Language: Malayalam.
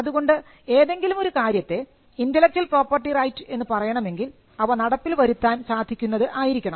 അതുകൊണ്ട് ഏതെങ്കിലും ഒരു കാര്യത്തെ ഇന്റെലക്ച്വൽ പ്രോപ്പർട്ടി റൈറ്റ് എന്നു പറയണമെങ്കിൽ അവ നടപ്പിൽ വരുത്താൻ സാധിക്കുന്നത് ആയിരിക്കണം